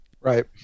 Right